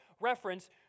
reference